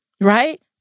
right